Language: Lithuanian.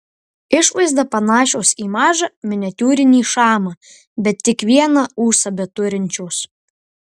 išvaizda panašios į mažą miniatiūrinį šamą bet tik vieną ūsą beturinčios